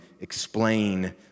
explain